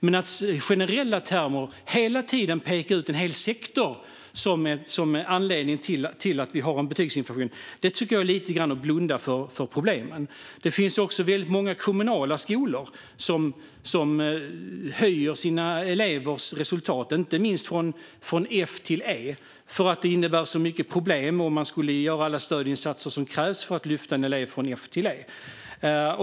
Men att i generella termer hela tiden peka ut en hel sektor som anledningen till att vi har en betygsinflation är lite grann att blunda för problemen. Det finns också väldigt många kommunala skolor som höjer sina elevers resultat. Det gäller inte minst från F till E. Det skulle innebära så mycket problem om man skulle göra alla stödinsatser som krävs för att lyfta en elev från F till E.